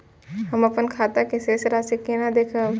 हम अपन खाता के शेष राशि केना देखब?